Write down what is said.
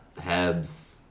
Hebs